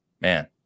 man